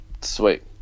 sweet